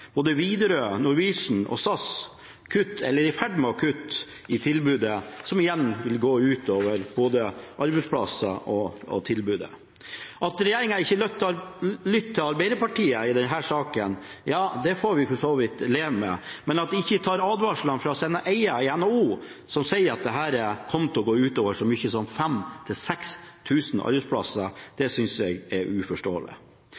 Både Widerøe, Norwegian og SAS kutter, eller er i ferd med å kutte, i tilbudet, som igjen vil gå ut over både arbeidsplasser og tilbudet. At regjeringen ikke lytter til Arbeiderpartiet i denne saken, får vi for så vidt leve med, men at de ikke tar advarselen fra sine egne i NHO, som sier at dette kommer til å gå ut over så mange som 5 000–6 000 arbeidsplasser,